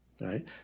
right